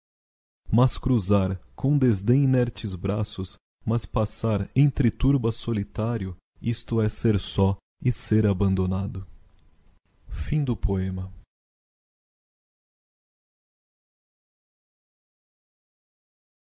mas cruzar com desdem inertes braços mas passar entre turbas solitario isto é ser só é ser abandonado a